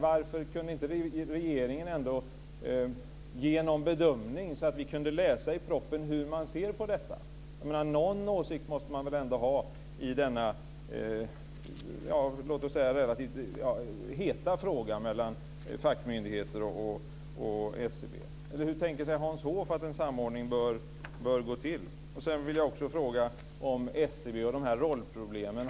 Varför kunde inte regeringen ge någon bedömning så att vi i propositionen kunde läsa hur man ser på det här? Någon åsikt måste man väl ändå ha i denna relativt heta fråga mellan fackmyndigheter och SCB. Hur tänker sig Hans Hoff att en samordning bör gå till? Sedan vill jag också fråga om SCB och de här rollproblemen.